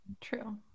True